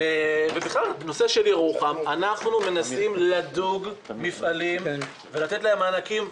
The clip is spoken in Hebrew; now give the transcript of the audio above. בכלל בנושא של ירוחם אנחנו מנסים לדוג מפעלים ולתת להם מענקים.